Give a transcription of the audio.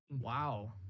Wow